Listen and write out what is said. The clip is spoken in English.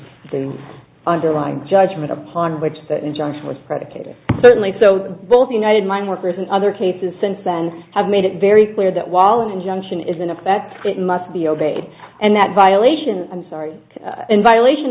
the underlying judgment upon which that injunction was predicated certainly so both united mine workers in other cases since then have made it very clear that while the injunction is in effect it must be obeyed and that violation i'm sorry in violation